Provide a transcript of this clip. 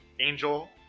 angel